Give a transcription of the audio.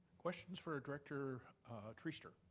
questions for director treaster?